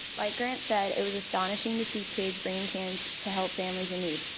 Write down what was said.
like grant said, it was astonishing to see kids bringing cans to help families in need.